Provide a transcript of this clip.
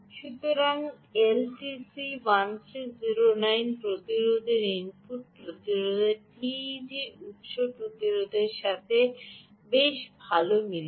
সুতরাং এলটিসি 3109 প্রতিরোধের ইনপুট প্রতিরোধের টিইজি উত্স প্রতিরোধের সাথে বেশ ভাল মিলছে